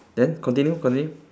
then continue continue